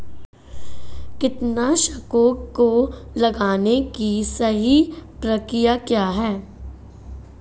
कीटनाशकों को लगाने की सही प्रक्रिया क्या है?